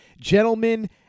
Gentlemen